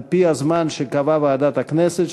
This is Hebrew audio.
על-פי הזמן שקבעה ועדת הכנסת,